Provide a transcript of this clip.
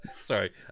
Sorry